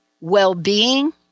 well-being